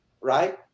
right